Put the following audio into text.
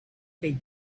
they